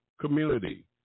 community